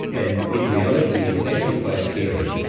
and in reality it's actually quite scary.